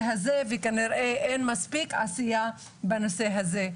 הזה וכנראה אין מספיק עשייה בנושא הזה.